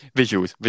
visuals